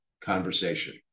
conversation